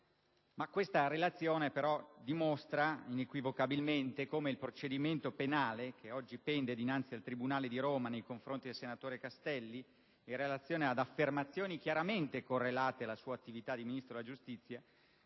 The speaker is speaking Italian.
2004. La relazione dimostra inequivocabilmente come il procedimento penale, attualmente pendente dinanzi al tribunale di Roma, nei confronti del senatore Castelli in relazione ad affermazioni chiaramente correlate alla sua attività di Ministro della giustizia